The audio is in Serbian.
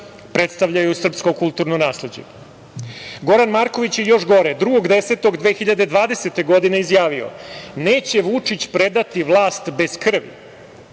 predstavljaju srpsko kulturno nasleđe? Goran Marković je, još gore, 2. 10. 2020. godine izjavio: "Neće Vučić predati vlast bez krvi".